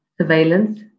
surveillance